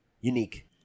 unique